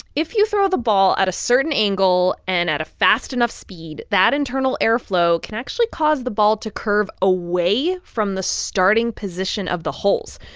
if you throw the ball at a certain angle and at a fast enough speed, that internal airflow can actually cause the ball to curve away from the starting position of the holes,